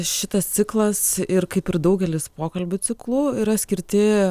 šitas ciklas ir kaip ir daugelis pokalbių ciklų yra skirti